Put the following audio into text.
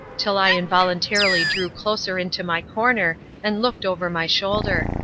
till i involuntarily drew closer into my corner, and looked over my shoulder.